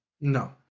No